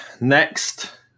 next